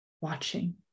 watching